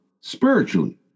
spiritually